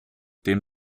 dem